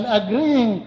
agreeing